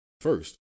first